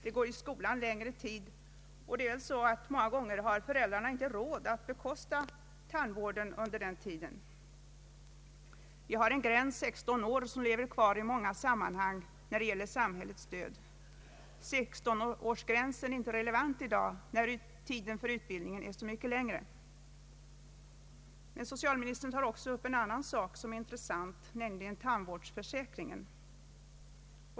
De går nu i skolan längre tid, och många gånger har föräldrarna inte råd att bekosta tandvården under den tiden. Vi har en gräns, 16 år, som finns kvar i många sammanhang när det gäller samhällets stöd. Denna 16-årsgräns är inte relevant i dag när tiden för utbildningen är så mycket längre. Socialministern tar också upp en annan sak som är intressant, nämligen tandvårdsförsäkringen.